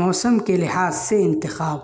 موسم کے لحاظ سے انتخاب